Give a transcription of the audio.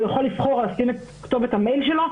הוא יכול לבחור לשים את כתובת המייל שלו,